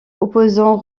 opposant